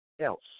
else